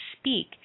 speak